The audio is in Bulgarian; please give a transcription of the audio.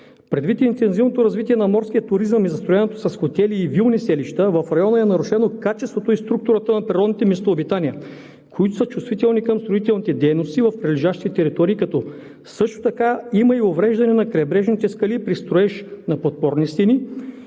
„Предвид интензивното развитие на морския туризъм и застрояването с хотели и вилни селища, в района е нарушено качеството и структурата на природните местообитания, които са чувствителни към строителните дейности в прилежащите територии, като също така има и увреждане на крайбрежните скали при строеж на подпорни стени